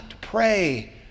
pray